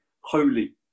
holy